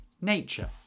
Nature